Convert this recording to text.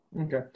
Okay